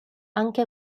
anche